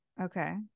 Okay